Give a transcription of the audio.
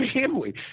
family